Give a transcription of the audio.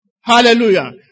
Hallelujah